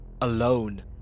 alone